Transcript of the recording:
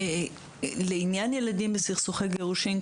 לעניין ילדים בסכסוכי גירושים,